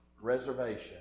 reservation